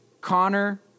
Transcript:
Connor